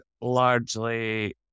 largely